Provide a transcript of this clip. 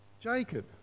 Jacob